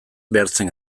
behartzen